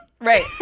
Right